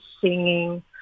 singing